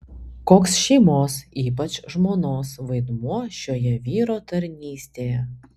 koks šeimos ypač žmonos vaidmuo šioje vyro tarnystėje